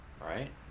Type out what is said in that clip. right